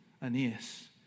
Aeneas